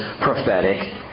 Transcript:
prophetic